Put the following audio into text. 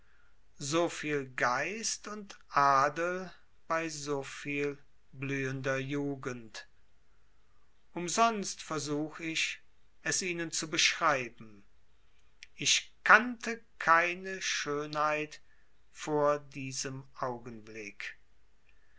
so viel geist und adel bei so viel blühender jugend umsonst versuch ich es ihnen zu beschreiben ich kannte keine schönheit vor diesem augenblick